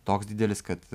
toks didelis kad